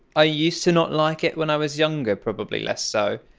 i used to not like it when i was younger, probably less so,